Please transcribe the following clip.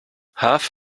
half